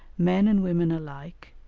men and women alike,